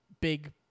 big